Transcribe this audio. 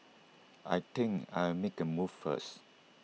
I think I'll make A move first